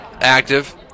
active